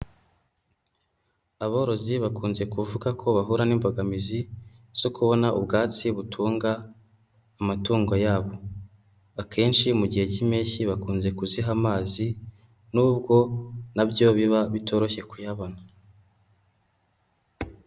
Aborozi bakunze kuvuga ko bahura n'imbogamizi zo kubona ubwatsi butunga amatungo yabo. Akenshi mu gihe k'impeshyi bakunze kuziha amazi, n’ubwo nabyo biba bitoroshye kuyabona.